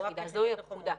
זוהי הנקודה.